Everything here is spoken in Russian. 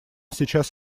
сейчас